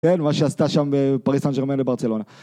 כן, מה שעשתה שם פריס סן ג'רמן לברצלונה